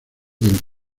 del